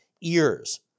ears